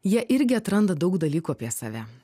jie irgi atranda daug dalykų apie save